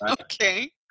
Okay